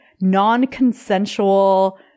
non-consensual